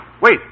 Wait